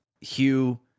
hugh